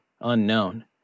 Unknown